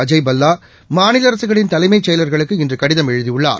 அஜய் பல்லா மாநில அரசுகளின் தலைமைச் செயலர்களுக்கு இன்று கடிதம் எழுதியுள்ளார்